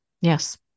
Yes